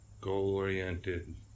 goal-oriented